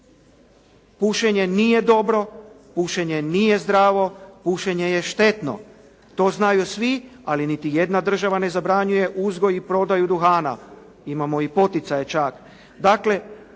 Pušenje nije dobro, pušenje nije zdravo, pušenje je štetno. To znaju svi ali niti jedna država ne zabranjuje uzgoj i prodaju duhana. Imamo i poticaje čak.